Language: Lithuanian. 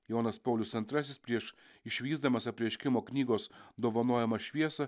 jonas paulius antrasis prieš išvysdamas apreiškimo knygos dovanojamą šviesą